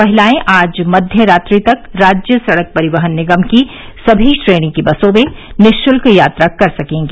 महिलाएं आज मध्यरात्रि तक राज्य सड़क परिवहन निगम की समी श्रेणी की बसों में निःशुल्क यात्रा कर सकेंगी